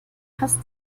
hast